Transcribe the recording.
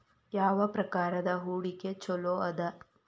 ಯಾವ ಪ್ರಕಾರದ ಹೂಡಿಕೆ ಚೊಲೋ ಅದ